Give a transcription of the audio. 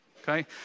okay